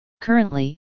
Currently